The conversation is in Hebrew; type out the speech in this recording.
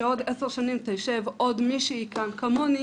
שעוד עשר שנים תשב עוד מישהי כאן כמוני